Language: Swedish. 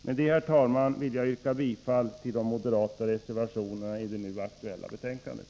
Med detta, herr talman, vill jag yrka bifall till de moderata reservationerna i det nu aktuella betänkandet.